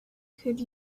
could